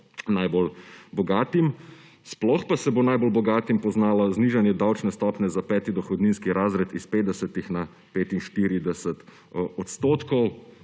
najbolj bogatim. Sploh pa se bo najbolj bogatim poznalo znižanje davčne stopnje za peti dohodninski razred iz 50 % na 45 %.